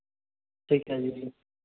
ਠੀਕ ਹੈ ਜੀ